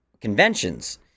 conventions